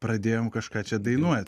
pradėjom kažką čia dainuot